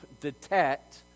detect